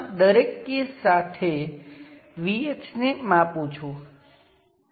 જો તમારી પાસે એક પોર્ટ હોય તો આપણે પેસિવ સાઇન કન્વેન્શન કરો